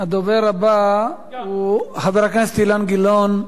הדובר הבא הוא חבר הכנסת אילן גילאון.